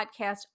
podcast